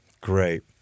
Great